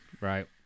right